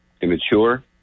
immature